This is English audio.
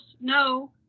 No